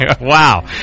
Wow